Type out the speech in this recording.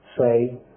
say